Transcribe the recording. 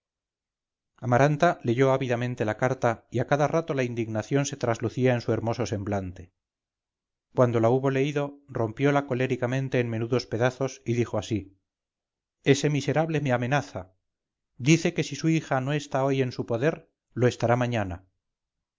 amaranta leyó ávidamente la carta y a cada rato la indignación se traslucía en su hermoso semblante cuando la hubo leído rompiola coléricamente en menudos pedazos y dijo así ese miserable me amenaza dice que si su hija no está hoy en su poder lo estará mañana